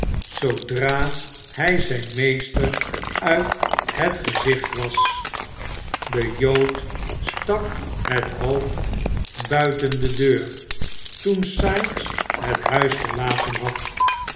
zoodra hij zijn meester uit het gezicht was de jood stak het hoofd buiten de deur toen sikes het huis verlaten had